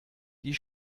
die